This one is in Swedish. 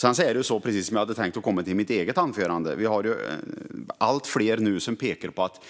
Det är också allt fler, vilket jag hade tänkt komma till i mitt eget anförande, som pekar på att